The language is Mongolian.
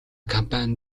компани